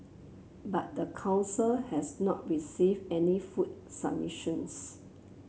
but the council has not received any food submissions